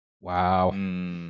Wow